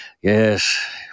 Yes